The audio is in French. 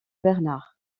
bernard